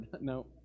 No